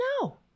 No